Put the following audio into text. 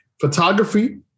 Photography